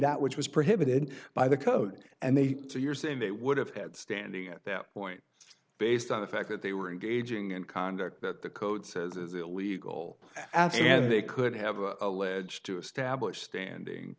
that which was prohibited by the code and they so you're saying they would have had standing at that point based on the fact that they were engaging in conduct that the code says is illegal and they could have a ledge to establish standing